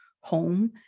home